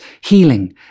healing